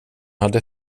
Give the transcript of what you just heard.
hade